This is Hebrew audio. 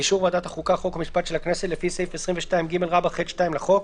באישור ועדת חוקה חוק ומשפט של הכנסת לפי סעיף 22ג(ח)(2) לחוק,